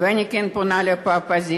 ואני כן פונה לאופוזיציה.